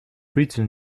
written